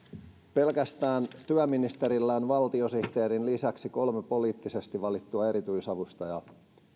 pelkästään työministerillä on valtiosihteerin lisäksi kolme poliittisesti valittua erityisavustajaa